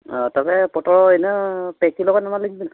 ᱚᱻ ᱛᱚᱵᱮ ᱯᱚᱴᱚᱞ ᱤᱱᱟᱹ ᱯᱮ ᱠᱤᱞᱳᱜᱟᱱ ᱮᱢᱟᱞᱤᱧᱵᱤᱱ